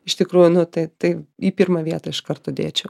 iš tikrųjų nu tai tai į pirmą vietą iš karto dėčiau